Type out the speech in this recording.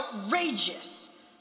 outrageous